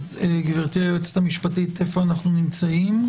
גברתי היועצת המשפטית, איפה אנחנו נמצאים?